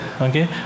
okay